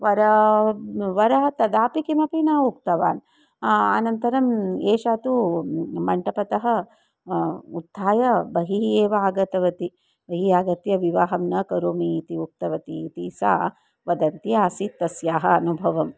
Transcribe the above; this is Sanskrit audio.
वरः वरः तदापि किमपि न उक्तवान् अनन्तरम् एषा तु मण्टपतः उत्थाय बहिः एव आगतवती बहिः आगत्य विवाहं न करोमि इति उक्तवती इति सा वदन्ती आसीत् तस्याः अनुभवम्